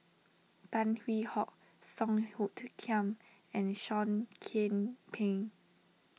Tan Hwee Hock Song Hoot Kiam and Seah Kian Peng